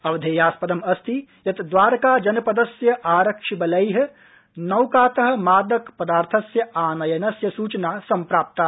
अवधेयास्पदम् अस्ति यत् द्वारका जनपदस्य आरक्षिकल जैकात मादक पदार्थस्य आनयनस्य सूचना सम्प्राप्ता